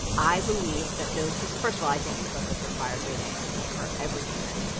i believe that those two, first of all, i think the book is required reading for every human,